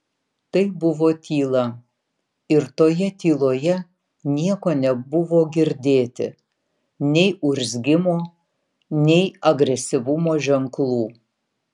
tai buvo tyla ir toje tyloje nieko nebuvo girdėti nei urzgimo nei agresyvumo ženklų